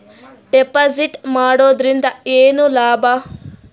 Deposit ಮಾಡುದರಿಂದ ಏನು ಲಾಭ?